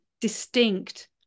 distinct